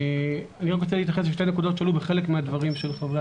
אני רק רוצה להתייחס לשתי נקודות שעלו בחלק מהדברים של חברי